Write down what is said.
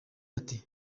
ati